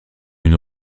une